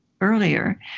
earlier